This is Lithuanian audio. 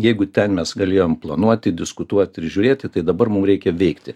jeigu ten mes galėjom planuoti diskutuoti ir žiūrėti tai dabar mum reikia veikti